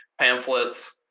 pamphlets